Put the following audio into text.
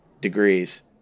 degrees